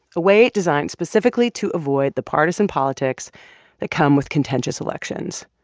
a way designed specifically to avoid the partisan politics that come with contentious elections.